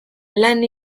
lan